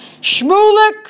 Shmulek